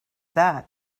that